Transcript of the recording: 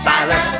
Silas